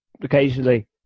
occasionally